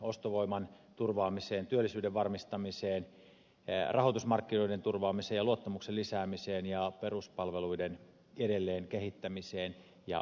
ostovoiman turvaamiseen työllisyyden varmistamiseen rahoitusmarkkinoiden turvaamiseen ja luottamuksen lisäämiseen ja peruspalveluiden edelleen kehittämiseen ja uudistamiseen